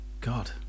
god